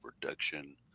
production